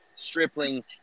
stripling